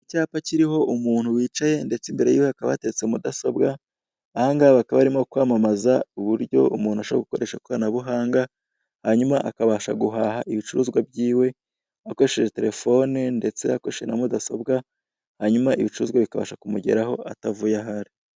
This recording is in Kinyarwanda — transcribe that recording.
Icyapa kiriho umuntu wicaye ndetse imbere yiwe hateretse mudasobwa, aha ngaha bakaba barimo kwamamaza uburyo umuntu ashobora gukoresha ikoranabuhanga , hanyuma akabasha guhaha ibicuruzwa byiwe akoresheje telefone ndetse akoresheje na mudasobwa hanyuma ibicuruzwa bikabasha kumugeraho atavuye aho ari.